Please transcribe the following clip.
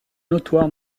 notoire